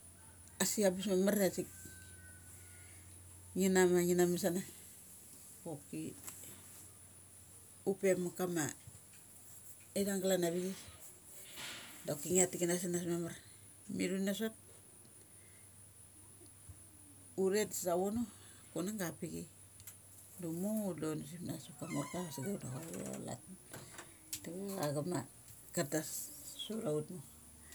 Asik ambes mamar asik, ngi na ma ngi na masana. Choki upe ma kama ithung glan avi chai doki ngia tik kana sanas mamar. Mi thu na sot, uthet sa vono da chunang ga ava pi chai da umo und dun sa nas ma kamorka sagek deva chathu alat mat ka da chavi cha chama, chatas savtha ut mor.